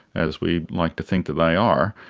as we like to think that they are,